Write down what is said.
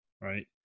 right